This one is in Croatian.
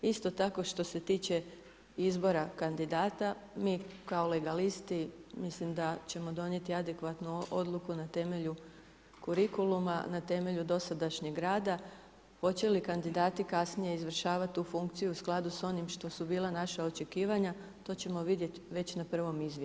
Isto tako, što se tiče izbora kandidata mi kao legalisti mislim da ćemo donijeti adekvatnu odluku na temelju kurikuluma na temelju dosadašnjeg rada, hoće li kandidati kasnije izvršavati tu funkciju u skladu s onim što su bila naša očekivanja to ćemo vidjeti već na prvom izvješću.